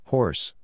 Horse